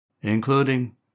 including